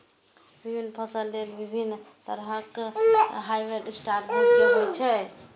विभिन्न फसल लेल विभिन्न तरहक हार्वेस्टर उपयोग होइ छै